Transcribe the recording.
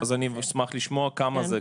אז אני אשמח לשמוע כמה זה,